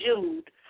Jude